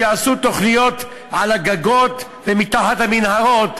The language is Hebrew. שיעשו תוכניות על הגגות ומתחת למנהרות,